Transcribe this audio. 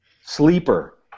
sleeper